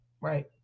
Right